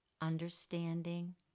understanding